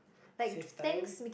save time